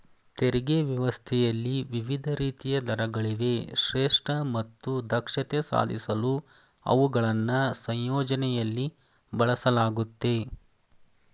ತೆರಿಗೆ ವ್ಯವಸ್ಥೆಯಲ್ಲಿ ವಿವಿಧ ರೀತಿಯ ದರಗಳಿವೆ ಶ್ರೇಷ್ಠ ಮತ್ತು ದಕ್ಷತೆ ಸಾಧಿಸಲು ಅವುಗಳನ್ನ ಸಂಯೋಜನೆಯಲ್ಲಿ ಬಳಸಲಾಗುತ್ತೆ